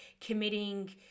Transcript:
committing